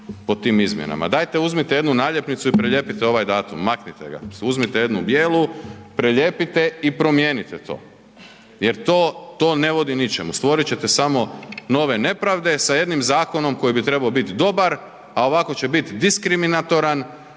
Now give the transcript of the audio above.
po tim izmjenama. Dajte uzmite jednu naljepnicu i prelijepite ovaj datum, maknite ga, uzmite jednu bijelu, prelijepite i promijenite to jer to ne vodi ničemu, stvorit ćete samo nove nepravde sa jednim zakonom koji bi trebao biti dobar, a ovako će biti diskriminatoran